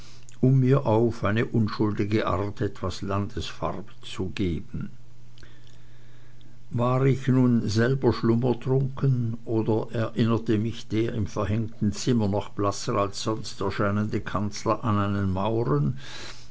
um mir auf eine unschuldige art etwas landesfarbe zu geben war ich nun selber schlummertrunken oder erinnerte mich der im verhängten zimmer noch blasser als sonst erscheinende kanzler an einen mauren